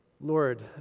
Lord